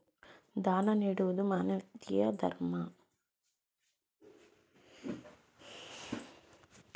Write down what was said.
ದಾನ ನೀಡುವುದು ಮಾನವೀಯತೆಯ ಧರ್ಮ